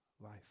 life